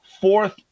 fourth